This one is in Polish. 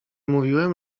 mówiłem